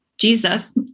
Jesus